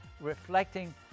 reflecting